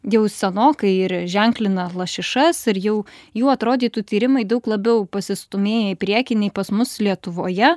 jau senokai ir ženklina lašišas ir jau jų atrodytų tyrimai daug labiau pasistūmėję į priekį nei pas mus lietuvoje